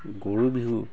গৰু বিহু